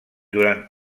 durant